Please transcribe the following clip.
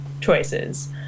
choices